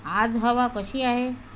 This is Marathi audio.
आज हवा कशी आहे